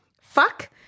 Fuck